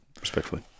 respectfully